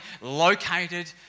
located